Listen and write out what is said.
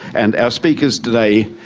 and our speakers today,